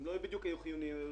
ולא היו חיוניים.